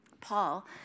Paul